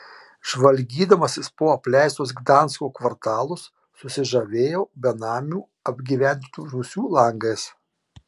žvalgydamasis po apleistus gdansko kvartalus susižavėjau benamių apgyvendintų rūsių langais